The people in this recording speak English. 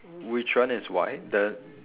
which one is white the